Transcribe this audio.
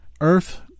Earth